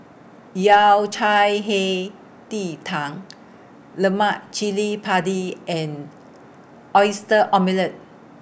Yao Cai Hei Ji Tang Lemak Cili Padi and Oyster Omelette